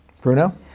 Bruno